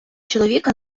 чоловіка